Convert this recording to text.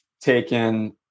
taken